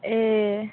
ए